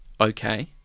okay